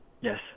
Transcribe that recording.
Yes